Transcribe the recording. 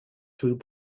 through